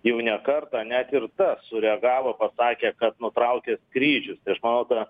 jau ne kartą net ir ta sureagavo pasakė kad nutraukia skrydžius tai aš manau ta